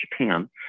japan